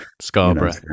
Scarborough